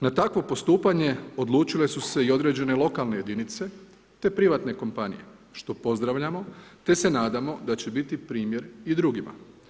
Na takvo postupanje odlučile su se i određene lokalne jedinice te privatne kompanije što pozdravljamo te se nadamo da će biti primjer i drugima.